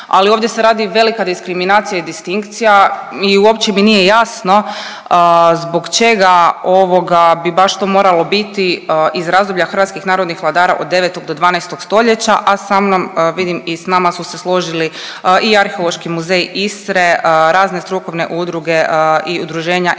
ali ovdje se radi velika diskriminacija i distinkcija i uopće mi nije jasno zbog čega ovoga bi baš to moralo biti iz razdoblja hrvatskih narodnih vladara od 9. do 12. stoljeća, a sa mnom vidim i s nama su se složili i Arheološki muzej Istre, razne strukovne udruge i udruženja i naveli